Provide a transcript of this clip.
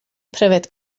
pryfed